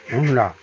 Honda